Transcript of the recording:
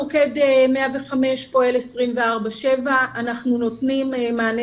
מוקד 105 פועל 24/7. אנחנו נותנים מענה